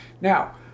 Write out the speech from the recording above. Now